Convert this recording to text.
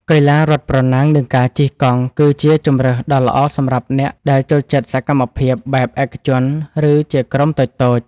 កីឡារត់ប្រណាំងនិងការជិះកង់គឺជាជម្រើសដ៏ល្អសម្រាប់អ្នកដែលចូលចិត្តសកម្មភាពបែបឯកជនឬជាក្រុមតូចៗ។